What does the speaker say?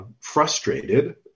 frustrated